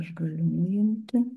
aš galiu nuimti